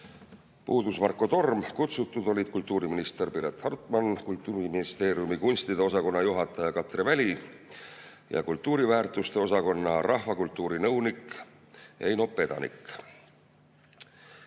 puudus Marko Torm. Kutsutud olid kultuuriminister Piret Hartman, Kultuuriministeeriumi kunstide osakonna juhataja Katre Väli ja kultuuriväärtuste osakonna rahvakultuurinõunik Eino Pedanik.